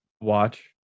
watch